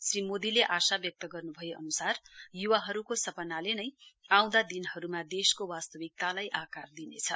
श्री मोदीले आशा व्यक्ति गर्न्भए अन्सार य्वाहरूको सपनाले नै आउँदा दिनहरूमा देशको वास्तविकतालाई आकार दिनेछ